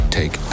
take